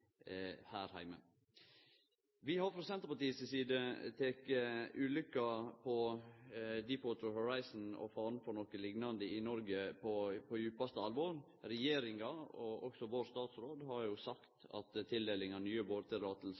Vi har frå Senterpartiets side teke ulykka på «Deepwater Horizon» og faren for noko liknande i Noreg på djupaste alvor. Regjeringa, og også vår statsråd, har jo sagt at tildeling av nye